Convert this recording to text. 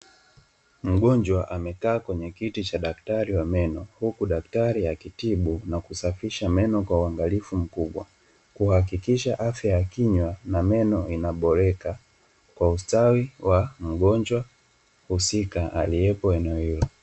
Mgonjwa amekaa kwenye kiti cha daktari wa meno, huku daktari akitibu na kusafisha meno kwa uangalifu mkubwa; kuhakikisha afya ya kinywa na meno inaboreka, kwa kustawi wa mgonjwa husika aliyepo eneo hilo.